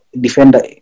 defender